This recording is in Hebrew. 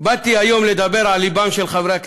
באתי היום לדבר על לבם של חברי הכנסת,